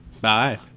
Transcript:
Bye